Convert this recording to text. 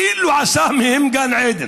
אין ניידות מגן דוד אדום